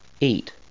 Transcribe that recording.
Eight